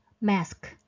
mask